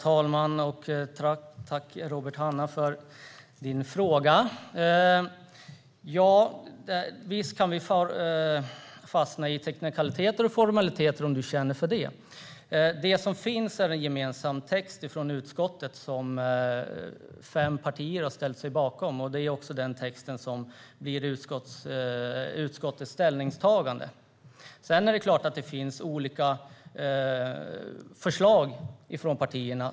Herr talman! Tack för frågorna, Robert Hannah! Visst kan vi fastna i teknikaliteter och formaliteter om du känner för det. Det som finns är en gemensam text från utskottet som fem partier har ställt sig bakom. Den texten blir också utskottets ställningstagande. Det är klart att det finns olika förslag från partierna.